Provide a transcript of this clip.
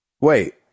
Wait